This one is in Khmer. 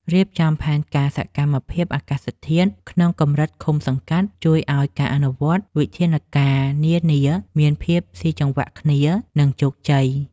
រៀបចំផែនការសកម្មភាពអាកាសធាតុក្នុងកម្រិតឃុំសង្កាត់ជួយឱ្យការអនុវត្តវិធានការនានាមានភាពស៊ីចង្វាក់គ្នា និង ជោគជ័យ។